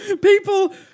People